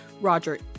Roger